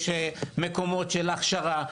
יש מקומות של הכשרה.